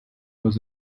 was